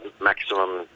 maximum